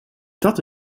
dat